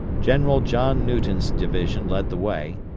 general john newton's division led the way,